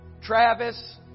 Travis